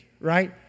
right